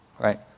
right